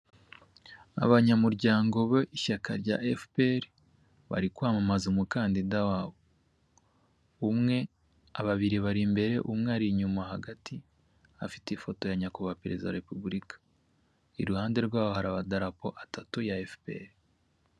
Abanyamuryango b'ishyaka rya efuperi bari kwamamaza umukandida wabo, umwe babiri bari imbere umwe ari inyuma hagati afite ifoto ya nyakubahwa perezida wa repubulika, iruhande rwaho hari amadarapo atatu ya efuperi.